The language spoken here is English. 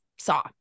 saw